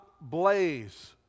blaze